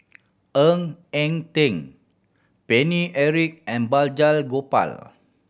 Ng Eng Teng Paine Eric and Balraj Gopal